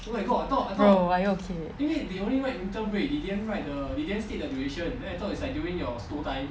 bro are you okay